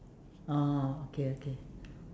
oh okay okay